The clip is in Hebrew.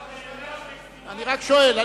אני רק שואל.